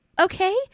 okay